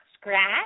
scratch